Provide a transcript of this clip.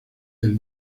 del